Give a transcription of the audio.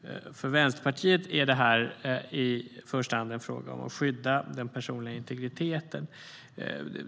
För Vänsterpartiet är detta i första hand en fråga om att skydda den personliga integriteten.